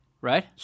right